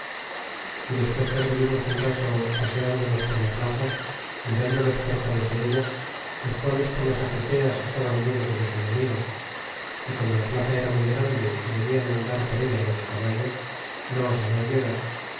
e despues que audus irnos utt rato pas tidonos por la plaza mia raudo los porlales de eta los gustes por la azoteas estaban o llenos da los enemigos é corno la plaza era muy grande y o velan andar por cla los de cabal no osaban llegar